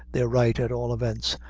they're right at all events,